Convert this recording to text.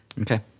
Okay